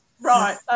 Right